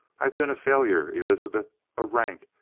i've been a failure, elizabeth a rank,